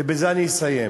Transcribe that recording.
ובזה אסיים.